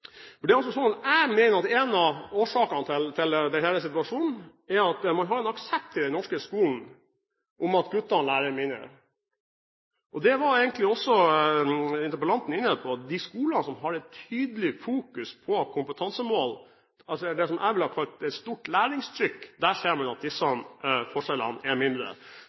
Jeg mener at én av årsakene til denne situasjonen i den norske skolen er at man har en aksept for at guttene lærer mindre. Det var egentlig også interpellanten inne på. I de skolene som har tydelig fokus på kompetansemål – det jeg vil kalle et stort læringstrykk – ser man at disse forskjellene er mindre.